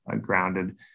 grounded